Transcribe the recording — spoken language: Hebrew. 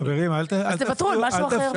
אז תוותרו על משהו אחר.